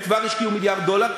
הם כבר השקיעו מיליארד דולר,